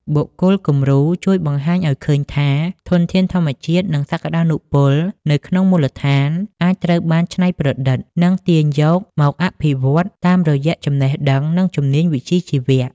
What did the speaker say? បុគ្គលគំរូជួយបង្ហាញឱ្យឃើញថា ធនធានធម្មជាតិ និងសក្ដានុពលនៅក្នុងមូលដ្ឋាន អាចត្រូវបានច្នៃប្រឌិត និងទាញយកមកអភិវឌ្ឍបានតាមរយៈចំណេះដឹង និងជំនាញវិជ្ជាជីវៈ។